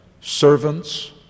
servants